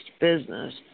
business